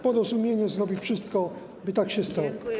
Porozumienie zrobi wszystko, by tak się stało.